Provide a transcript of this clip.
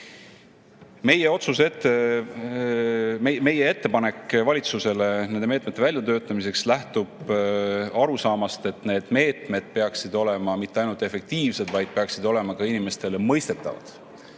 üksi. Meie ettepanek valitsusele nende meetmete väljatöötamiseks lähtub arusaamast, et meetmed peaksid olema mitte ainult efektiivsed, vaid need peaksid olema ka inimestele mõistetavad.